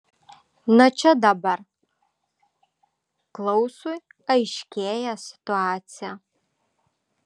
na čia dabar klausui aiškėja situacija